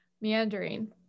meandering